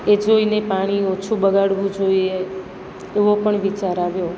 એ જોઈને પાણી ઓછું બગાડવું જોઈએ એવો પણ વિચાર આવ્યો